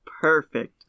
Perfect